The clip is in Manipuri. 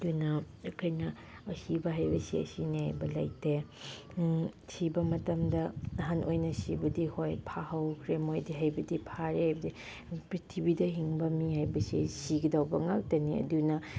ꯑꯗꯨꯅ ꯑꯩꯈꯣꯏꯅ ꯑꯁꯤꯕ ꯍꯥꯏꯕꯁꯦ ꯁꯤꯅꯦ ꯍꯥꯏꯕ ꯂꯩꯇꯦ ꯁꯤꯕ ꯃꯇꯝꯗ ꯑꯍꯟ ꯑꯣꯏꯅ ꯁꯤꯕꯗꯤ ꯍꯣꯏ ꯐꯍꯧꯈ꯭ꯔꯦ ꯃꯣꯏꯗꯤ ꯍꯥꯏꯕꯗꯤ ꯐꯔꯦ ꯍꯥꯏꯕꯗꯤ ꯄꯤꯛꯊ꯭ꯔꯤꯕꯤꯗ ꯍꯤꯡꯕ ꯃꯤ ꯍꯥꯏꯕꯁꯦ ꯁꯤꯒꯗꯧꯕ ꯉꯥꯛꯇꯅꯤ ꯑꯗꯨꯅ